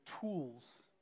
tools